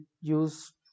use